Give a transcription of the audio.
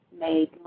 made